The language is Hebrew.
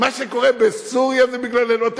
מה שקורה בסוריה זה בגללנו?